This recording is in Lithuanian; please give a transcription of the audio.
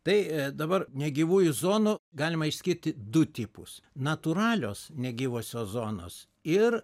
tai dabar negyvųjų zonų galima išskirti du tipus natūralios negyvosios zonos ir